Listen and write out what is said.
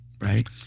right